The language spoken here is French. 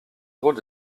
drôle